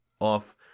off